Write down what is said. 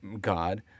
God